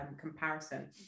comparison